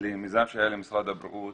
למיזם שהיה למשרד הבריאות